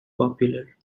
popular